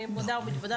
אני מודה ומתוודה.